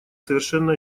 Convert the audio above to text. совершенно